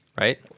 right